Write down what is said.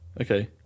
Okay